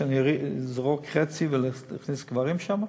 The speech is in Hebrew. שאזרוק חצי ואכניס גברים שם?